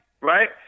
right